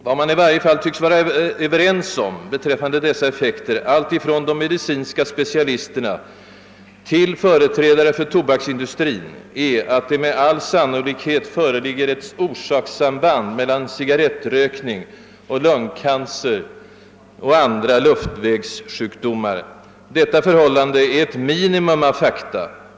Vad man i varje fall tycks vara överens om beträffande dessa effekter alltifrån de medicinska specialisterna till företrädare för tobaksindustrin är att det med all sannolikhet föreligger ett orsakssamband mellan cigarrettrökning samt lungcancer och andra luftvägssjukdomar. Detta förhållande är ett mi nimum av fakta.